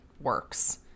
works